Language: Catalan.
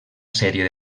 sèrie